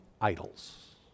idols